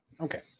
Okay